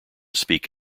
speak